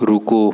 रुको